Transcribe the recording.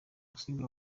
gusiga